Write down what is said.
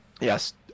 Yes